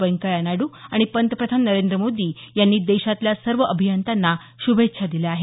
वैंकय्या नायडू आणि पंतप्रधान नरेंद्र मोदी यांनी देशातल्या सर्व अभियंत्यांना शुभेच्छा दिल्या आहेत